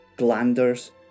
glanders